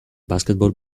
basketball